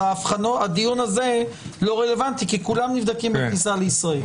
הדיון הזה לא רלוונטי כי כולם נבדקים בכניסה לישראל.